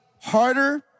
harder